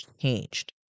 changed